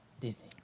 Disney